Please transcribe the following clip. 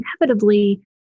inevitably